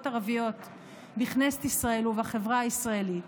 ערביות בכנסת ישראל ובחברה הישראלית,